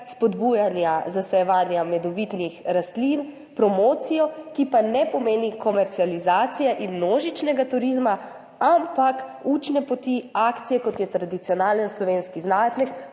spodbujanja zasajevanja medovitih rastlin, promocijo, ki pa ne pomeni komercializacije in množičnega turizma, ampak učne poti, akcije, kot je tradicionalen slovenski zajtrk,